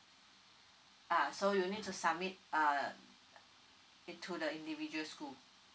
ah so you need to submit uh into the individual school